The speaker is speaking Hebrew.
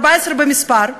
14 במספר,